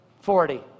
Forty